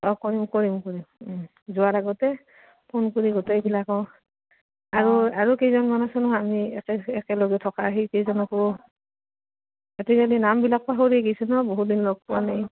অঁ কৰিম কৰিম কৰিম যোৱাৰ আগতে ফোন কৰি গোটেইবিলাকক আৰু আৰু কেইজনমান আছে নহয় আমি একে একেলগে থকা সেই কেইজনকো এটিকালি নামবিলাক পাহৰি গিছো ন বহুদিন লগ পোৱা নাই